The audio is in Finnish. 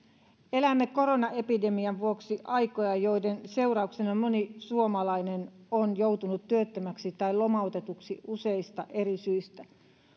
elämme koronaepidemian vuoksi aikoja joiden seurauksena moni suomalainen on joutunut työttömäksi tai lomautetuksi useista eri syistä